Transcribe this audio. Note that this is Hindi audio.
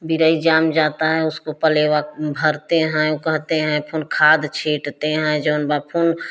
बिरई जाम जाता है उसको पहले वक्त भरते हैं उ कहते हैं फिर खाद छीटते हैं जौन बा फिर